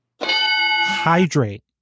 Hydrate